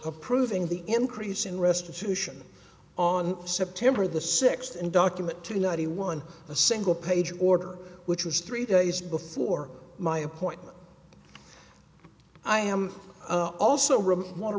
approving the increase in restitution on september the sixth and document to ninety one a single page order which was three days before my appointment i am also really want to